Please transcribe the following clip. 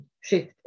shift